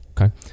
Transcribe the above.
okay